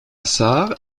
sarre